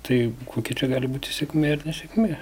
tai kokia čia gali būti sėkmė ar nesėkmė